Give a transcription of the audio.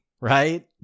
right